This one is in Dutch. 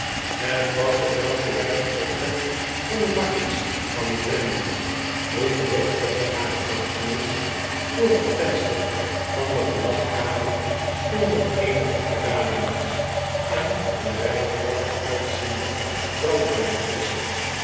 het was het welgelijkend portret van den markies van granby roemruchtiger nagedachtenis voor het venster van de gelagkamer stonden eenige geraniums en een rij helder uitziende